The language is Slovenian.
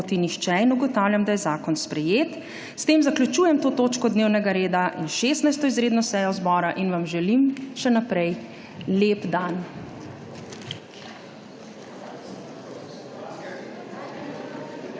Ugotavljam, da je zakon sprejet. S tem zaključujem to točko dnevnega reda in 16. izredno sejo zbora in vam želim še naprej lep dan.